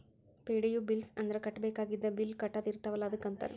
ಪೆ.ಡಿ.ಯು bills ಅಂದ್ರ ಕಟ್ಟಬೇಕಾಗಿದ್ದ bill ಕಟ್ಟದ ಇರ್ತಾವಲ ಅದಕ್ಕ ಅಂತಾರ